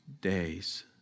days